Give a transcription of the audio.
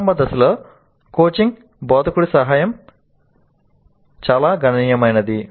ప్రారంభ దశలలో కోచింగ్ బోధకుడి సహాయం చాలా గణనీయమైనది